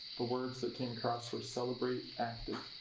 the words that came across were celebrate active.